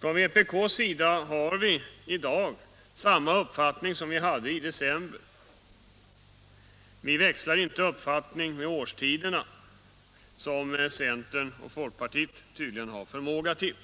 Från vpk:s sida har vi samma uppfattning i dag som vi hade i december. Vi växlar inte uppfattning med årstiderna som centern och folkpartiet tydligen har förmåga till.